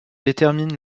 détermine